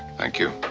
thank you.